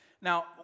Now